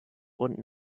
unten